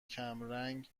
کمرنگ